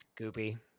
Goopy